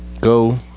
go